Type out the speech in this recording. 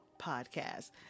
podcast